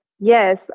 yes